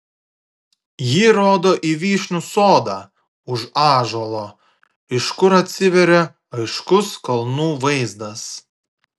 ji rodo į vyšnių sodą už ąžuolo iš kur atsiveria aiškus kalnų vaizdas